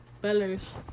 Bellers